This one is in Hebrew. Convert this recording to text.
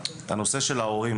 הנושא של ההורים,